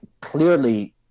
clearly